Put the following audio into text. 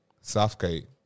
Southgate